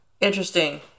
Interesting